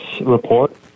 report